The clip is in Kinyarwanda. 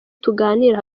tuganira